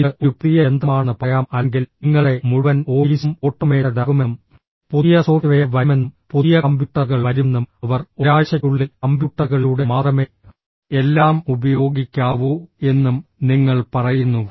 ഇത് ഒരു പുതിയ യന്ത്രമാണെന്ന് പറയാം അല്ലെങ്കിൽ നിങ്ങളുടെ മുഴുവൻ ഓഫീസും ഓട്ടോമേറ്റഡ് ആകുമെന്നും പുതിയ സോഫ്റ്റ്വെയർ വരുമെന്നും പുതിയ കമ്പ്യൂട്ടറുകൾ വരുമെന്നും അവർ ഒരാഴ്ചയ്ക്കുള്ളിൽ കമ്പ്യൂട്ടറുകളിലൂടെ മാത്രമേ എല്ലാം ഉപയോഗിക്കാവൂ എന്നും നിങ്ങൾ പറയുന്നു